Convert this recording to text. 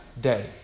day